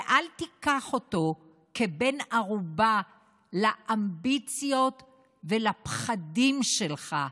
ואל תיקח אותו כבן ערובה לאמביציות ולפחדים שלך,